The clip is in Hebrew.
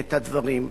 את הדברים.